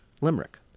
limerick